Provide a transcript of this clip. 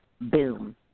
Boom